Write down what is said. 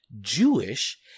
Jewish